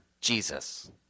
Jesus